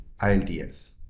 ILTS